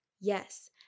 Yes